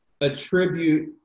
attribute